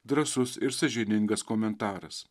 drąsus ir sąžiningas komentaras